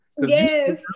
Yes